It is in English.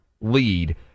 lead